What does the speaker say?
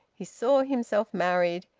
he saw himself married.